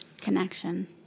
Connection